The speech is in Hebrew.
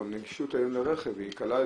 לא, הנגישות היום לרכב היא קלה יותר,